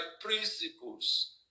principles